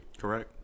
Correct